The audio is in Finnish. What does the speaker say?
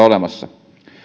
olemassa